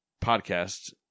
podcast